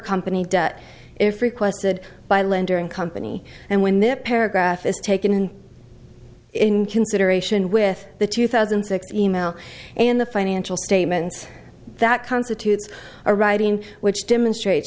company debt if requested by lender and company and when that paragraph is taken in in consideration with the two thousand and six e mail and the financial statements that constitutes a writing which demonstrate